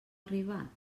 arribat